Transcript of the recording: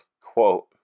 quote